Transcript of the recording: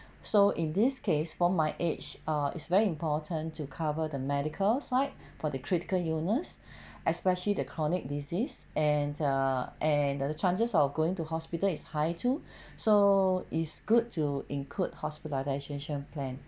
so in this case for my age ah it's very important to cover the medical side for the critical illness especially the chronic disease and err and the chances of going to hospital is higher too so it's good to include hospitalization plan